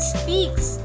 speaks